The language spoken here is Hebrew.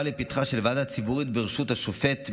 לפתחה של ועדה ציבורית בראשות השופט מלץ,